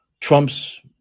Trump's